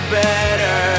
better